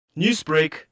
Newsbreak